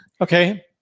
Okay